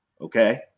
Okay